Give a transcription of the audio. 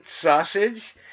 sausage